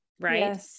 right